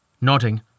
nodding